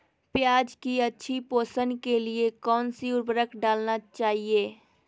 प्याज की अच्छी पोषण के लिए कौन सी उर्वरक डालना चाइए?